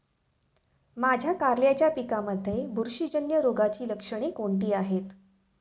माझ्या कारल्याच्या पिकामध्ये बुरशीजन्य रोगाची लक्षणे कोणती आहेत?